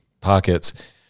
pockets